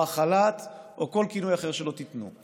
או החל"ת או כל כינוי אחר שלא תיתנו.